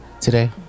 today